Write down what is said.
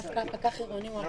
הם